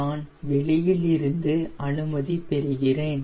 நான் வெளியில் இருந்து அனுமதி பெறுகிறேன்